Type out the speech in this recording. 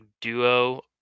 duo